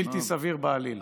בלתי סביר בעליל.